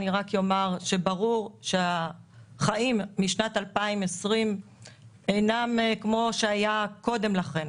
אני רק אומר שברור שהחיים משנת 2020 אינם כמו שהיו קודם לכן.